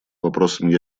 вопросам